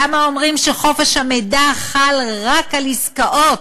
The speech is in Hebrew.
למה אומרים שחוק חופש המידע חל רק על עסקאות?